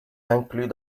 inclus